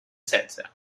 setze